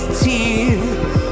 tears